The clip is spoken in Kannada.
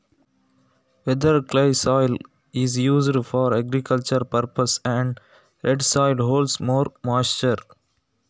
ಜೇಡಿಮಣ್ಣನ್ನು ಕೃಷಿ ಕಾರ್ಯಗಳಿಗೆ ಬಳಸುತ್ತಾರೆಯೇ ಮತ್ತು ಕೆಂಪು ಮಣ್ಣು ಹೆಚ್ಚು ತೇವಾಂಶವನ್ನು ಹಿಡಿದಿಟ್ಟುಕೊಳ್ಳುತ್ತದೆಯೇ?